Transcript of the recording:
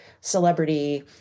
celebrity